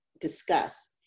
discuss